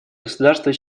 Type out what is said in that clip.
государства